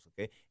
okay